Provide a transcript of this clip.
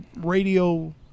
radio